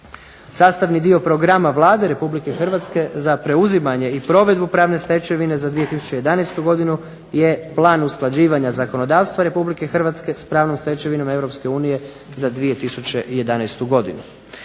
Sastavni dio programa Vlade Republike Hrvatske za preuzimanje i provedbu pravne stečevine za 2011. godinu je plan usklađivanja zakonodavstva Republike Hrvatske s pravnom stečevinom Europske unije za 2011. godinu.